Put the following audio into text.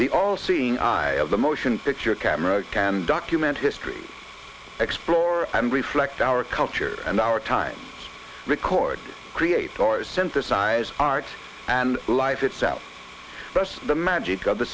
the all seeing eye of the motion picture camera can document history explore and reflect our culture and our time record create our synthesize art and life itself plus the magic